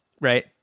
Right